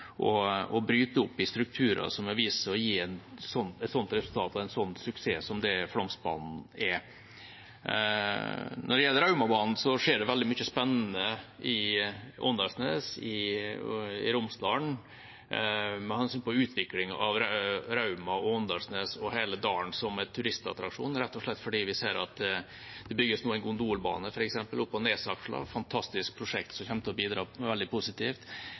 å bryte opp strukturer som har vist seg å gi et sånt resultat, en sånn suksess som det Flåmsbanen er. Når det gjelder Raumabanen, skjer det veldig mye spennende i Åndalsnes, i Romsdalen med hensyn til utvikling av Rauma og Åndalsnes og hele dalen som en turistattraksjon, rett og slett fordi vi ser at det f.eks. nå bygges en gondolbane opp på Nesaksla, et fantastisk prosjekt som kommer til å bidra veldig positivt.